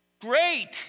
great